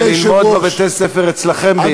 כדי ללמוד בבתי-הספר אצלכם יחד.